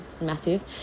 massive